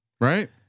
right